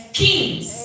kings